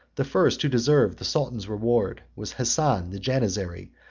the first who deserved the sultan's reward was hassan the janizary,